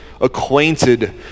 acquainted